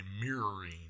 mirroring